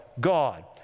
God